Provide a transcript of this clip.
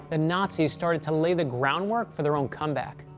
and nazis started to lay the groundwork for their own comeback.